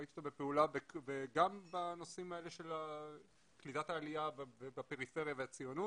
ראיתי אותו בפעולה גם בנושאים האלה של קליטת העלייה בפריפריה ובציונות